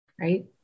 right